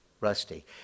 Rusty